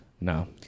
no